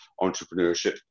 entrepreneurship